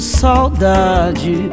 saudade